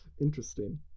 Interesting